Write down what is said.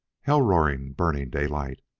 hell-roaring burning daylight,